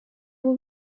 were